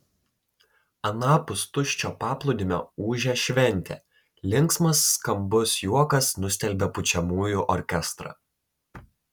anapus tuščio paplūdimio ūžė šventė linksmas skambus juokas nustelbė pučiamųjų orkestrą